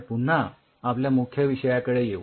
तर पुन्हा आपल्या मुख्य विषयाकडे येऊ